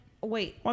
wait